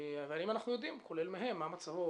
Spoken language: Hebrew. האם אנחנו יודעים, כולל מהם, מה מצבו?